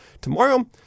tomorrow